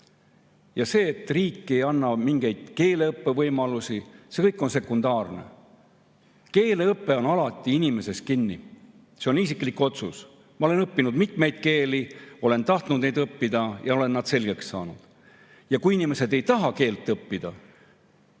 Ja see, et riik ei anna mingeid keeleõppevõimalusi, see kõik on sekundaarne. Keeleõpe on alati inimeses kinni. See on isiklik otsus. Ma olen õppinud mitmeid keeli, olen tahtnud neid õppida ja olen nad selgeks saanud. Kui inimesed ei taha keelt õppida,